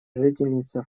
жительница